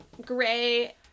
gray